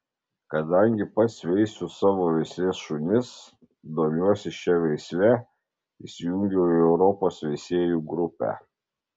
kadangi pats veisiu savo veislės šunis domiuosi šia veisle įsijungiau į europos veisėjų grupę